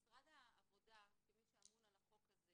משרד העבודה כמי שאמון על החוק הזה